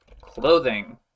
clothing